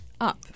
up